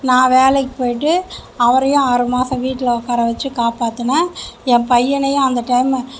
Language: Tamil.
நான் வேலைக்கு போய்ட்டு அவரையும் ஆறு மாசம் வீட்டில் உட்கார வைச்சு காப்பாற்றின என் பையனையும் அந்த டைம்மு